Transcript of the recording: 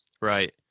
Right